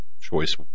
choice